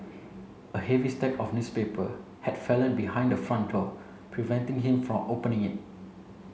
a heavy stack of newspaper had fallen behind the front door preventing him from opening it